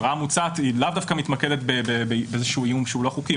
העבירה המוצעת היא לאו דווקא מתמקדת באיזשהו איום שהוא לא חוקי.